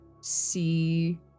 see